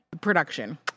Production